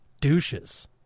douches